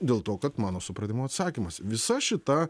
dėl to kad mano supratimu atsakymas visa šita